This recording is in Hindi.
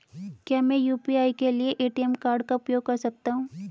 क्या मैं यू.पी.आई के लिए ए.टी.एम कार्ड का उपयोग कर सकता हूँ?